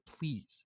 please